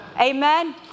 Amen